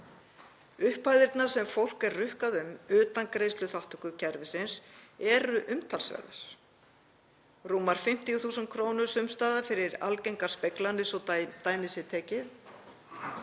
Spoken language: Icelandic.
Upphæðirnar sem fólk er rukkað um utan greiðsluþátttökukerfisins eru umtalsverðar, rúmar 50.000 kr. sums staðar fyrir algengar speglanir, svo dæmi sé tekið.